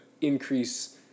increase